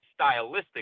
stylistically